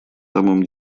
самом